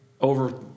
over